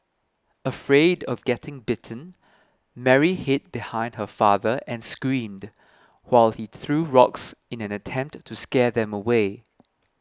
afraid of getting bitten Mary hid behind her father and screamed while he threw rocks in an attempt to scare them away